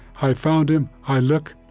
i found him, i look,